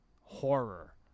horror